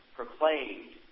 proclaimed